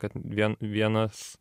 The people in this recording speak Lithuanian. kad vien vienas